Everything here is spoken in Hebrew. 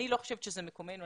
אני לא חושבת שזה מקומנו.